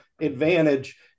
advantage